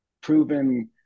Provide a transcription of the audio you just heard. proven